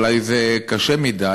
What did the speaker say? אולי זה קשה מדי,